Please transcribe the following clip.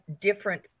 different